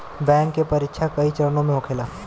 bank के परीक्षा कई चरणों में होखेला